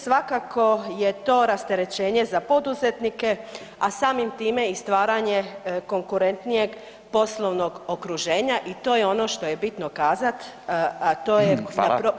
Svakako je to rasterećenje za poduzetnike, a samim time i stvaranje konkurentnijeg poslovnog okruženja i to je ono što je bitno kazat, a to je